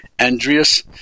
Andreas